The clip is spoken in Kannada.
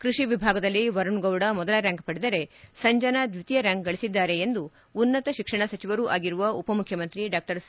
ಕೃಷಿ ವಿಭಾಗದಲ್ಲಿ ವರುಣ್ ಗೌಡ ಮೊದಲ ರ್ವಾಂಕ್ ಪಡೆದರೆ ಸಂಜನ ದ್ವಿತೀಯ ರ್ವಾಂಕ್ ಗಳಿಸಿದ್ದಾರೆ ಎಂದು ಉನ್ನತ ಶಿಕ್ಷಣ ಸಚಿವರೂ ಆಗಿರುವ ಉಪಮುಖ್ಯಮಂತ್ರಿ ಡಾ ಸಿ